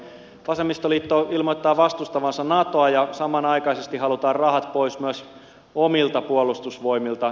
vasemmistoliitto ilmoittaa vastustavansa natoa ja samanaikaisesti halutaan rahat pois myös omilta puolustusvoimilta